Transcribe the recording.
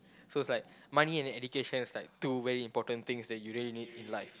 so it's like money and education is like two very important things that you really need in life